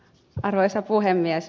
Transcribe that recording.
kannatan ed